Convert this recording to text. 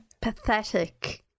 Pathetic